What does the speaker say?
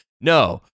No